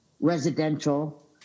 residential